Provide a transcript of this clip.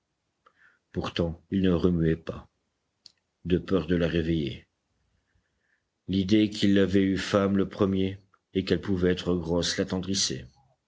pourtant il ne remuait pas de peur de la réveiller l'idée qu'il l'avait eue femme le premier et qu'elle pouvait être grosse